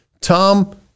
Tom